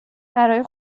برای